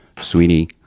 sweetie